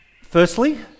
Firstly